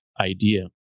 idea